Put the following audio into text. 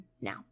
now